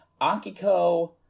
Akiko